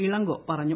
ഇളങ്കോ പറഞ്ഞു